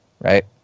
right